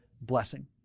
blessing